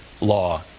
law